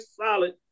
solid